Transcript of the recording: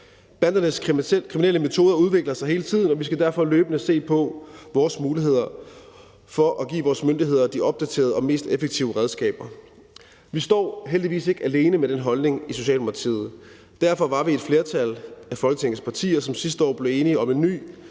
Bandernes kriminelle metoder udvikler sig hele tiden, og vi skal derfor løbende se på vores muligheder for at give vores myndigheder de opdaterede og mest effektive redskaber. Vi står heldigvis ikke alene med den holdning i Socialdemokratiet. Derfor var vi et flertal af Folketingets partier, som sidste år blev enige om en ny